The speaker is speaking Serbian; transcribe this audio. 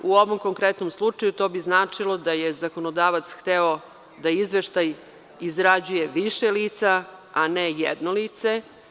U ovom konkretnom slučaju to bi značilo da je zakonodavac hteo da izveštaj izrađuje više lica, a ne jedno lice.